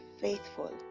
faithful